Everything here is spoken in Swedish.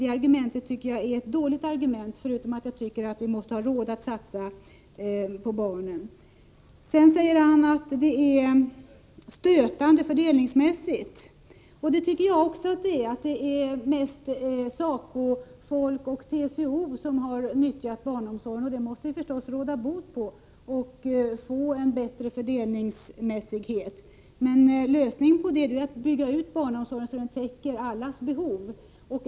Jag tycker alltså att det är ett dåligt argument — förutom att jag tycker att vi måste ha råd att satsa på barnen. Sedan säger Bo Södersten att det är stötande fördelningsmässigt — och det tycker jag också — att det är mest SACO-folk och medlemmar i TCO som har nyttjat barnomsorgen. Det måste vi givetvis råda bot på och åstadkomma en bättre fördelning. Men lösningen är att bygga ut barnomsorgen, så att den täcker allas behov.